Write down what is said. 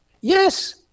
Yes